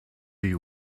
you